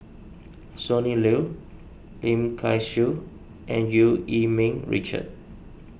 Sonny Liew Lim Kay Siu and Eu Yee Ming Richard